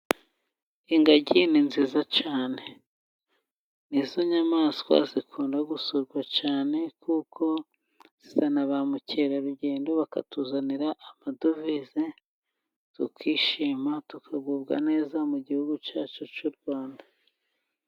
Ingagi ni nziza cyane, nizo nyamaswa zikunda gusurwa cyane, kuko zikunda kuzana bamukerarugendo, bakatuzanira amadovize tukishima, tukagubwa neza mu gihugu cyacu cy'urwanda.